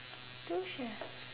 two chefs